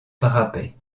parapet